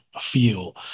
feel